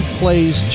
plays